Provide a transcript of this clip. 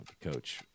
Coach